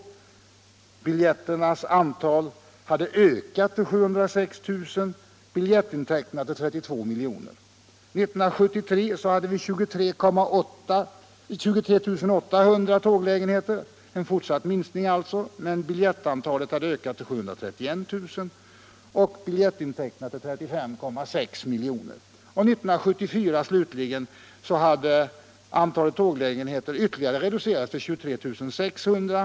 Antalet försålda biljetter hade ökat till 706 000, och biljettintäkterna hade ökat till 32 milj.kr. År 1973 hade vi 23 800 avgående tåglägenheter, alltså en fortsatt minskning. Antalet försålda biljetter hade ökat till 731 000 och biljettintäkterna till 35,6 milj.kr. År 1974 slutligen hade antalet avgående tåglägenheter ytterligare reducerats, till 23 600.